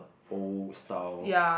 old style